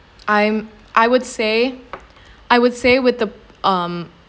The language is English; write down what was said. I'm I would say I would say with the um